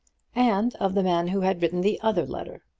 and of the man who had written the other letter.